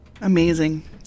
Amazing